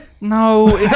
No